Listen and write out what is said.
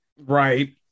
Right